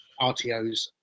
RTOs